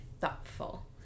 thoughtful